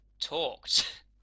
talked